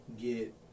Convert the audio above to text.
get